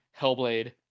Hellblade